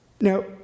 Now